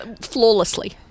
Flawlessly